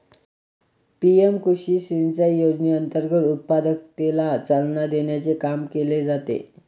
PM कृषी सिंचाई योजनेअंतर्गत उत्पादकतेला चालना देण्याचे काम केले जाते